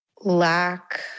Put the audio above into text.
Lack